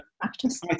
practice